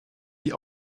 die